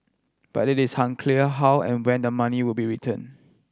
but it is unclear how and when the money will be return